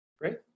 Great